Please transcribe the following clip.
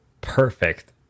Perfect